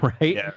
Right